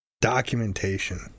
Documentation